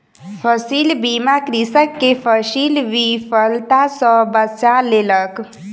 फसील बीमा कृषक के फसील विफलता सॅ बचा लेलक